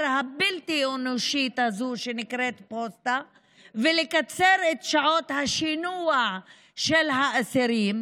הבלתי-אנושית הזאת שנקראת פוסטה ולקצר את שעות השינוע של האסירים,